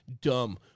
Dumb